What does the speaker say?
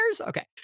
Okay